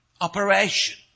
operation